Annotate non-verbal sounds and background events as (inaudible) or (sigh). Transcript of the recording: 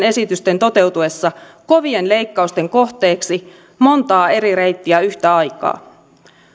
(unintelligible) esitysten toteutuessa kovien leikkausten kohteeksi montaa eri reittiä yhtä aikaa